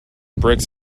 bricks